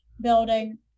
building